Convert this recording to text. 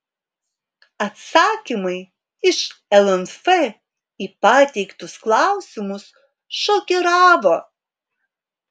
atsakymai iš lnf į pateiktus klausimus šokiravo